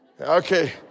Okay